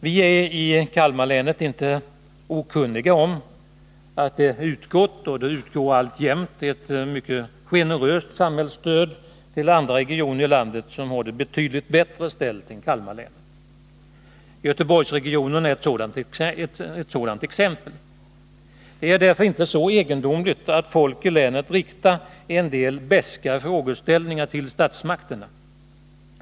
Vi är i Kalmar län inte okunniga om att det utgått och alltjämt utgår ett mycket generöst samhällsstöd till andra regioner i landet som har det betydligt bättre ställt än Kalmar län. Göteborgsregionen är ett sådant exempel. Det är därför inte så egendomligt att folk i länet riktar en del beska frågeställningar till statsmakterna.